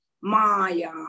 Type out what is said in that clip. Maya